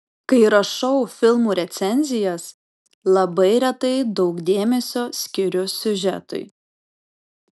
kai rašau filmų recenzijas labai retai daug dėmesio skiriu siužetui